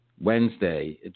Wednesday